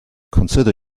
consider